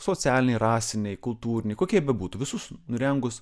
socialiniai rasiniai kultūriniai kokie bebūtų visus nurengus